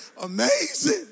amazing